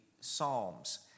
Psalms